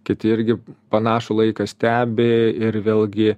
kiti irgi panašų laiką stebi ir vėlgi